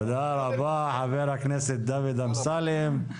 תודה רבה חבר הכנסת דוד אמסלם.